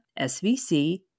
SVC